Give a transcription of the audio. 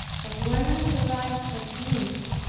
but when i arrived at nice,